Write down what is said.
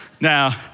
Now